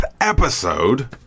episode